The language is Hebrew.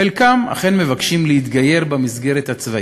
חלקם אכן מבקשים להתגייר במסגרת הצבאית,